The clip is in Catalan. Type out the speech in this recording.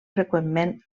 freqüentment